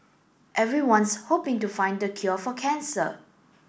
everyone's hoping to find the cure for cancer